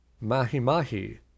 mahi-mahi